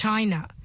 China. »«